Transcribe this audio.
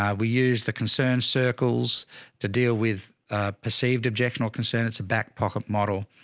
um we use the concern circles to deal with a perceived objection or concern. it's a backpocket model.